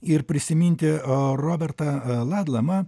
ir prisiminti robertą ladlamą